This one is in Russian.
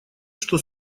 что